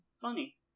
funny